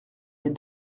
les